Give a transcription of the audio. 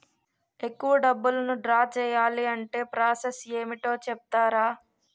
ఎక్కువ డబ్బును ద్రా చేయాలి అంటే ప్రాస సస్ ఏమిటో చెప్తారా?